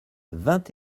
vingt